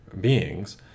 beings